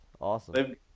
awesome